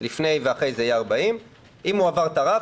לפני ואחרי זה יהיה 40% אם הוא עבר את הרף,